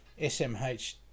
SMH